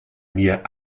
mir